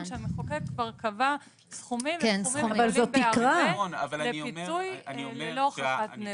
שהמחוקק כבר קבע סכומים וסכומים גדולים בהרבה לפיצוי ללא הוכחת נזק.